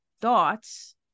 thoughts